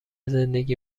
زندگی